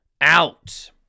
out